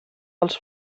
els